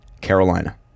Carolina